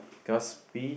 because we